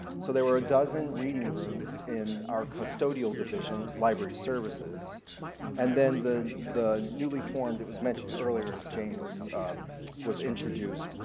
so there were a dozen reading rooms in our custodial division library services and then the the newly formed, it was mentioned earlier as jane was was introduced,